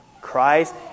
Christ